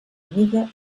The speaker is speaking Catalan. amiga